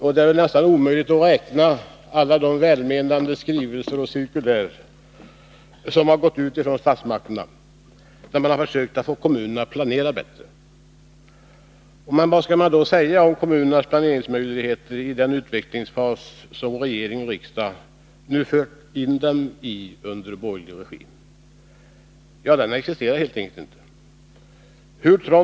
Ingen kan väl räkna alla de välmenande cirkulär som har gått ut från statsmakterna och vari man har försökt få kommunerna att planera bättre. Vad skall man då säga om kommunernas planeringsmöjligheter i den utvecklingsfas som regering och riksdag nu fört dem in i under borgerlig regi? Jo, att de helt enkelt inte existerar.